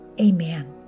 Amen